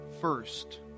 first